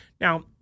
now